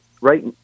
right